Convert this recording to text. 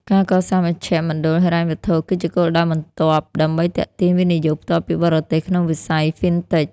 ការកសាង "មជ្ឈមណ្ឌលហិរញ្ញវត្ថុ" គឺជាគោលដៅបន្ទាប់ដើម្បីទាក់ទាញ វិនិយោគផ្ទាល់ពីបរទេស ក្នុងវិស័យ FinTech។